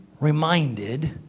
reminded